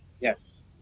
Yes